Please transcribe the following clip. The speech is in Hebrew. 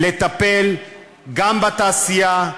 הוא מטפל גם בתעשייה,